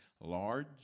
Large